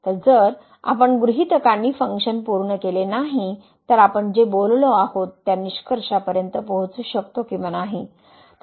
तर जर आपण गृहीतकांनी फंक्शन पूर्ण केले नाही तर आपण जे बोललो आहोत त्या निष्कर्षापर्यंत पोहोचू शकतो किंवा नाही